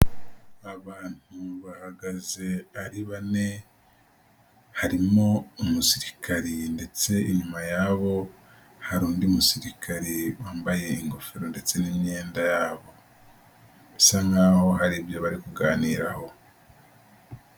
Abantu bahagaze ari bane, harimo umusirikari ndetse inyuma y'abo, hari undi musirikare wambaye ingofero ndetse n'imyenda yabo, bisa nkaho hari ibyo bari kuganiraho.